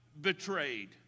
betrayed